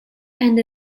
end